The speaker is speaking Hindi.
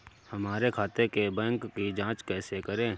हमारे खाते के बैंक की जाँच कैसे करें?